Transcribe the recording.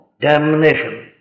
damnation